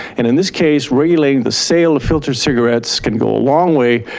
and in this case, regulating the sale of filtered cigarettes could go a long way,